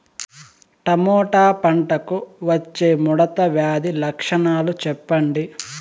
Tomato పంటకు వచ్చే ముడత వ్యాధి లక్షణాలు చెప్పండి?